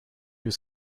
was